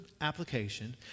application